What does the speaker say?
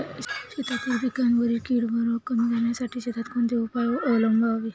शेतातील पिकांवरील कीड व रोग कमी करण्यासाठी शेतात कोणते उपाय अवलंबावे?